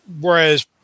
whereas